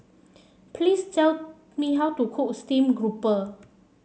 please tell me how to cook Steamed Grouper